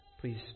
Please